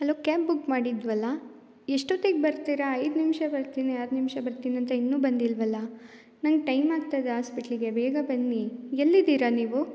hello cab book ಮಾಡಿದ್ವಲ್ಲ ಎಷ್ಟೋತ್ತಿಗೆ ಬರ್ತೀರ ಐದು ನಿಮಿಷ ಬರ್ತೀನಿ ಆರು ನಿಮಿಷ ಬರ್ತೀನಿ ಅಂತ ಇನ್ನು ಬಂದಿಲ್ವಲ್ಲ ನಂಗೆ ಟೈಮ್ ಆಗ್ತಾಯಿದೆ ಹಾಸ್ಪಿಟ್ಲಿಗೆ ಬೇಗ ಬನ್ನಿ ಎಲ್ಲಿದ್ದೀರ ನೀವು